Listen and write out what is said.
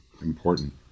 important